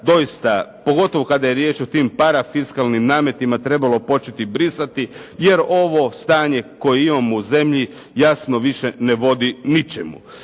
doista pogotovo kad je riječ o tim parafiskalnim nametima trebalo početi brisati jer ovo stanje koje imamo u zemlji jasno više ne vodi ničemu.